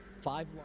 five